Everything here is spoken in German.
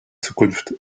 zukunft